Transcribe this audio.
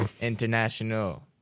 International